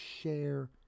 share